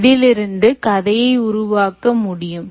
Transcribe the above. இதிலிருந்து கதையை உருவாக்க முடியும்